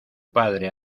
padre